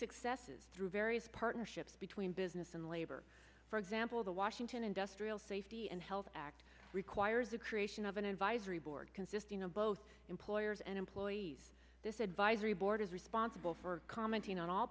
successes through various partnerships between business and labor for example the washington industrial safety and health act requires the creation of an advisory board consisting of both employers and employees this advisory board is responsible for commenting on all